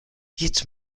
jetzt